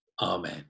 amen